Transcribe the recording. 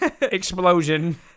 explosion